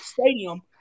stadium